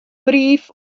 brief